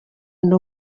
ndi